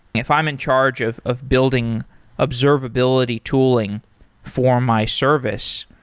if i'm in charge of of building observability tooling for my service,